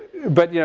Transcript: but, you know,